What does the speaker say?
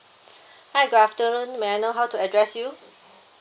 hi good afternoon may I know how to address you